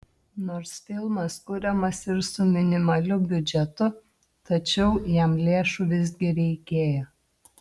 nors filmas kuriamas ir su minimaliu biudžetu tačiau jam lėšų visgi reikėjo